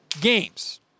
games